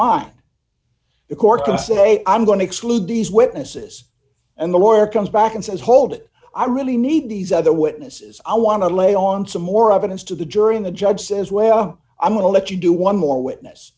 mind the court can say i'm going to exclude these witnesses and the lawyer comes back and says hold it i really need these other witnesses i want to lay on some more evidence to the jury in the judge says well i'm going to let you do one more witness